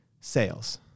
sales